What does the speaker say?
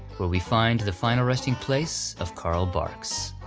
where we find the final resting place of carl barks.